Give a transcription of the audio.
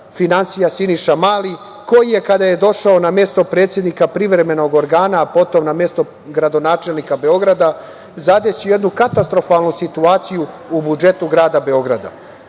finansija Siniša Mali, koji je kada je došao na mesto predsednika privremenog organa, potom na mesto gradonačelnika Beograda, zadesio jednu katastrofalnu situaciju u budžetu grada Beograda.